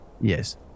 Yes